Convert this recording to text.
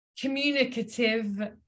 communicative